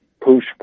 push